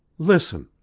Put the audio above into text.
listen!